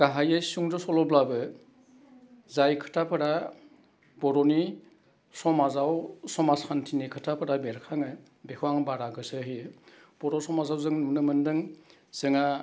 गाहायै सुंद' सल'ब्लाबो जाय खोथाफोरा बर'नि समाजाव समाजखान्थिनि खोथाफोरा बेरखाङो बेखौ आं बारा गोसो होयो बर' समाजाव जों नुनो मोनदों जोंहा